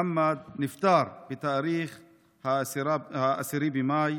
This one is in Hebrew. מוחמד נפטר בתאריך 19 במאי